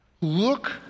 Look